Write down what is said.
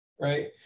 Right